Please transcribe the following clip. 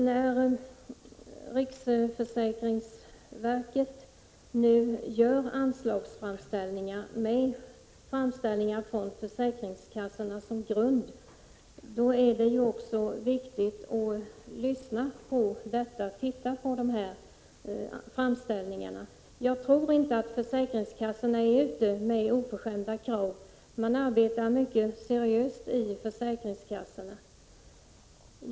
När riksförsäkringsverket nu gör anslagsframställningar, med framställningar från försäkringskassorna som grund, är det ju också viktigt att titta på dessa framställningar. Jag tror inte att försäkringskassorna är ute med oförskämda krav. Man arbetar mycket seriöst i försäkringskassorna.